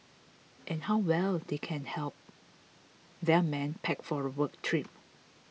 and how well they can help their men pack for a work trip